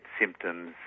symptoms